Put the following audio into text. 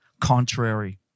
contrary